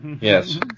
Yes